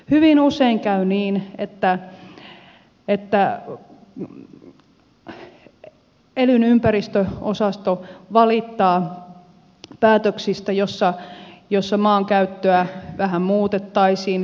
hyvin usein käy niin että elyn ympäristöosasto valittaa päätöksistä joissa maankäyttöä vähän muutettaisiin